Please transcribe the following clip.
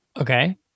Okay